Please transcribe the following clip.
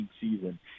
season